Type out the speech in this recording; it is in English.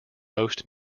most